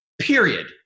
period